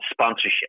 sponsorship